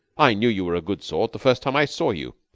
i knew you were a good sort the first time i saw you.